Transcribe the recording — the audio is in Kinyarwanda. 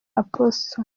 apostle